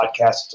podcast